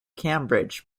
cambridge